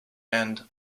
and